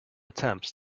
attempts